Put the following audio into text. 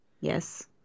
Yes